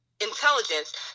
intelligence